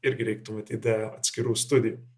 irgi reiktų matyt atskirų studijų